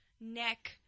neck